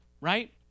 right